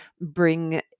bring